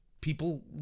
people